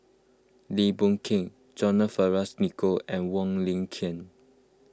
Lim Boon Keng John Fearns Nicoll and Wong Lin Ken